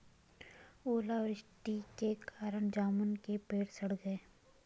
ओला वृष्टि के कारण जामुन के पेड़ सड़ गए